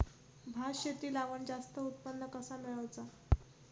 भात शेती लावण जास्त उत्पन्न कसा मेळवचा?